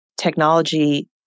technology